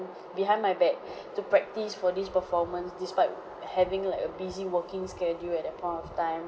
behind my back to practice for this performance despite having like a busy working schedule at that point of time